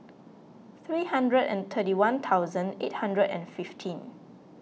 three hundred and twenty one thousand eight hundred and fifteen